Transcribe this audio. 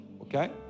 okay